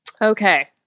okay